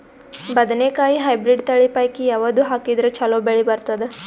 ಬದನೆಕಾಯಿ ಹೈಬ್ರಿಡ್ ತಳಿ ಪೈಕಿ ಯಾವದು ಹಾಕಿದರ ಚಲೋ ಬೆಳಿ ಬರತದ?